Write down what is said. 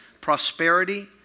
prosperity